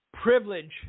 privilege